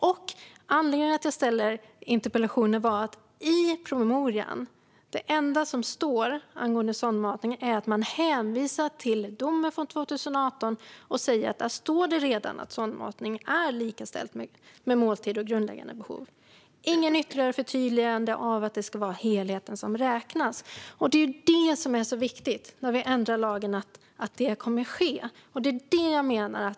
Anledningen till att jag ställde interpellationen var att det enda som står angående sondmatning i promemorian är att man hänvisar till domen från 2018 och säger att det redan står där att sondmatning är likställt med måltid och grundläggande behov. Det finns inget ytterligare förtydligande av att det ska vara helheten som räknas. Det är detta som är så viktigt när lagen ändras - att detta kommer att ske.